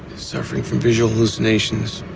suffering from visuals hallucinations,